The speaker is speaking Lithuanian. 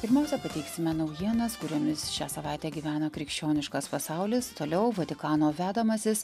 pirmiausia pateiksime naujienas kuriomis šią savaitę gyvena krikščioniškas pasaulis toliau vatikano vedamasis